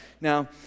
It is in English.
Now